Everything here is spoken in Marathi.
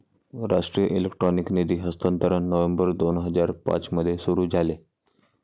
राष्ट्रीय इलेक्ट्रॉनिक निधी हस्तांतरण नोव्हेंबर दोन हजार पाँच मध्ये सुरू झाले